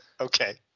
okay